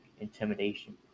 intimidation